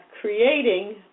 creating